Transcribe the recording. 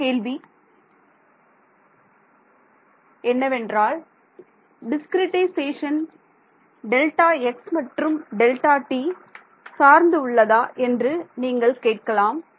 அடுத்த கேள்வி என்னவென்றால் டிஸ்கிரிட்டைசேஷன் டெல்டா x மற்றும் டெல்டா t சார்ந்து உள்ளதா என்று நீங்கள் கேட்கலாம்